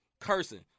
cursing